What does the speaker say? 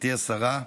גברתי השרה,